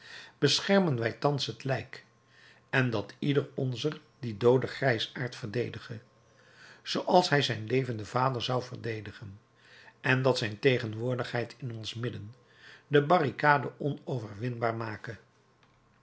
beschermen wij thans het lijk en dat ieder onzer dien dooden grijsaard verdedige zooals hij zijn levenden vader zou verdedigen en dat zijn tegenwoordigheid in ons midden de barricade onoverwinbaar make